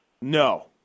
No